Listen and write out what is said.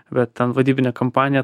bet ten vadybinė kampanija